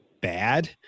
bad